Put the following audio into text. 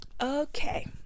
okay